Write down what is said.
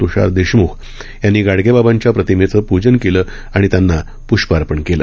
त्षार देशम्ख यांनी गाडगेबाबा यांच्या प्रतिमेचं पूजन केलं आणि त्याला प्ष्प अपर्ण केली